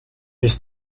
his